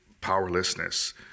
powerlessness